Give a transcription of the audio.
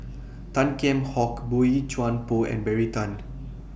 Tan Kheam Hock Boey Chuan Poh and Terry Tan